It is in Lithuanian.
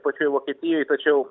pačioj vokietijoj tačiau